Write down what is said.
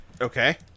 Okay